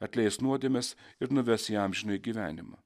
atleis nuodėmes ir nuves į amžiną gyvenimą